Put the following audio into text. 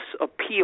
appeal